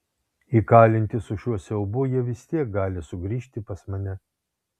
įkalinti su šiuo siaubu jie vis tiek gali sugrįžti pas mane